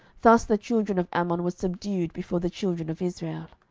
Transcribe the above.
thus the children of ammon were subdued before the children of israel.